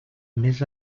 més